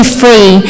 free